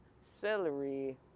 celery